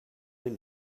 elle